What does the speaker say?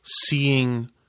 seeing